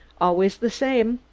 always the same,